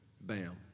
bam